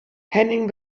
henning